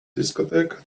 discotheque